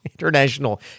International